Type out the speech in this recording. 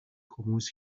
хүмүүс